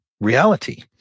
reality